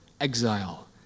exile